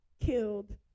killed